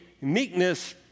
meekness